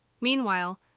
Meanwhile